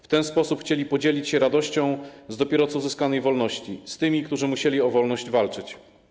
W ten sposób chcieli podzielić się radością z dopiero co uzyskanej wolności z tymi, którzy musieli o wolność walczyć.